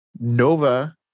Nova